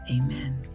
Amen